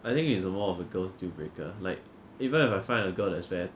I think it's more of a girl's deal breaker like even if I find a girl that's very